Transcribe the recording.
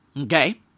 okay